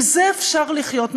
עם זה אפשר לחיות.